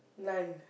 none